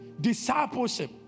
discipleship